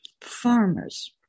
farmers